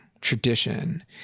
tradition